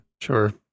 Sure